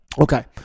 Okay